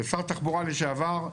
כשר התחבורה לשעבר,